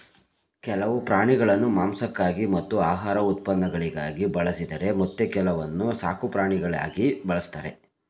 ಕೆಲವು ಪ್ರಾಣಿಗಳನ್ನು ಮಾಂಸಕ್ಕಾಗಿ ಮತ್ತು ಆಹಾರ ಉತ್ಪನ್ನಗಳಿಗಾಗಿ ಬಳಸಿದರೆ ಮತ್ತೆ ಕೆಲವನ್ನು ಸಾಕುಪ್ರಾಣಿಗಳಾಗಿ ಬಳ್ಸತ್ತರೆ